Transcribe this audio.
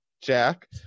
Jack